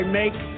make